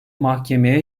mahkemeye